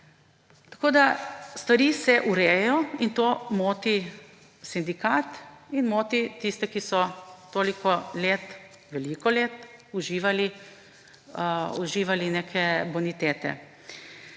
naloge. Stvari se urejajo in to moti sindikat in moti tiste, ki so toliko let, veliko let, uživali neke bonitete.